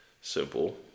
simple